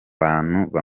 bantu